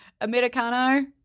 Americano